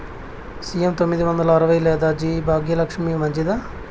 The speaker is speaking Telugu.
సి.ఎం తొమ్మిది వందల అరవై లేదా జి భాగ్యలక్ష్మి మంచిదా?